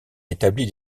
établi